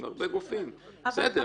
זה הרבה גופים במקום גוף אחד.